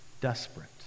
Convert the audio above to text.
desperate